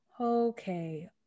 Okay